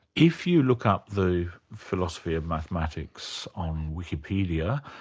if you look up the philosophy of mathematics on wikipedia,